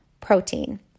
protein